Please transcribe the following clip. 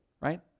right